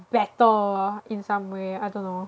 better in some way I don't know